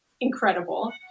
Incredible